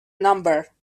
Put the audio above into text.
number